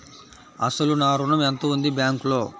అసలు నా ఋణం ఎంతవుంది బ్యాంక్లో?